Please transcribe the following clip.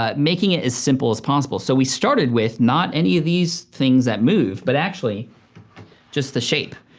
ah making it as simple as possible. so we started with not any of these things that move, but actually just the shape.